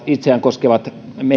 itseä koskevat